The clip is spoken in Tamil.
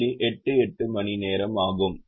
88 மணி நேரம் ஆகும்